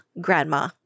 grandma